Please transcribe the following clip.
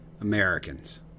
Americans